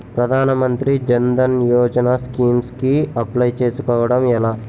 ప్రధాన మంత్రి జన్ ధన్ యోజన స్కీమ్స్ కి అప్లయ్ చేసుకోవడం ఎలా?